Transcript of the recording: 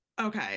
Okay